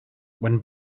when